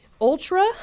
Ultra